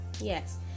yes